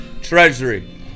treasury